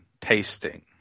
tasting